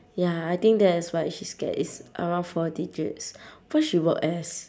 ya I think that is why she's scared it's around four digits where she work as